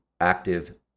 active